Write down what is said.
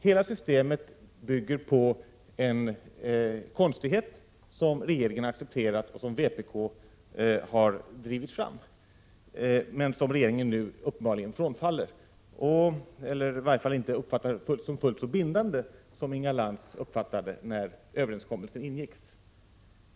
Hela systemet bygger på en konstighet som vpk drivit fram och regeringen accepterat men nu uppenbarligen frånfaller, eller i varje fall inte längre uppfattar som fullt så bindande som Inga Lantz gjorde när överenskommelsen ingicks.